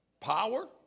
Power